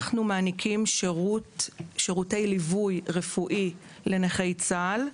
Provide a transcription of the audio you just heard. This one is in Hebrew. אנחנו מעניקים שירותי ליווי רפואי לנכי צה"ל.